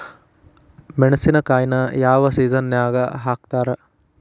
ಮೆಣಸಿನಕಾಯಿನ ಯಾವ ಸೇಸನ್ ನಾಗ್ ಹಾಕ್ತಾರ?